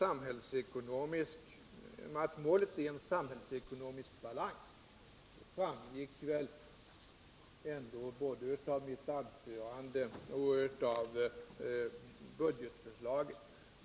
Att målen är en samhällsekonomisk balans framgick väl ändå både av mitt anförande och av budgetförslaget.